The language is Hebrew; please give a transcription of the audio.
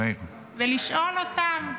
ולשאול אותם,